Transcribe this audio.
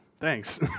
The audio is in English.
Thanks